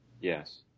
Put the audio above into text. Yes